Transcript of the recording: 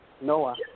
Noah